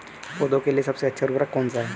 पौधों के लिए सबसे अच्छा उर्वरक कौन सा है?